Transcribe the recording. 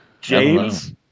James